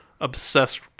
obsessed